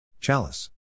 Chalice